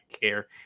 care